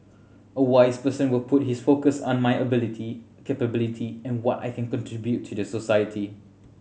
a wise person will put his focus on my ability capability and what I can contribute to the society